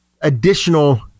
additional